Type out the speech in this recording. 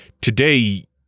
today